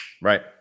Right